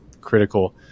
critical